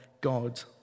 God